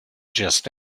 just